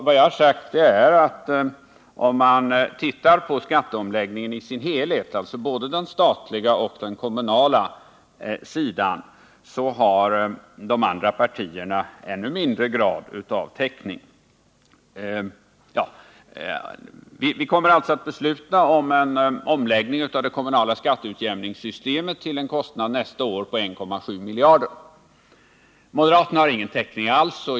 Vad jag har sagt är att om man tittar på skatteomläggningen i sin helhet, alltså både den statliga och den kommunala sidan, har de andra partierna ännu lägre grad av täckning. Vi kommer alltså att besluta om en omläggning av det kommunala skatteutjämningssystemet till en kostnad nästa år av 1,7 miljarder. Moderaterna har ingen täckning alls.